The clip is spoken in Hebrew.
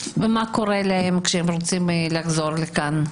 ומה קורה להם כשהם רוצים לחזור לכאן?